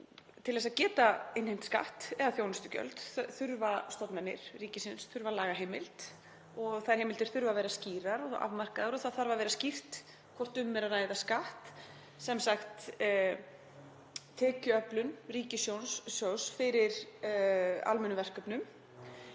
Til þess að geta innheimt skatt eða þjónustugjöld þurfa stofnanir ríkisins lagaheimildir og þær heimildir þurfa að vera skýrar og afmarkaðar og það þarf að vera skýrt hvort um er að ræða skatt, sem sagt tekjuöflun ríkissjóðs fyrir almenn verkefni,